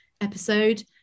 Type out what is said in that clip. episode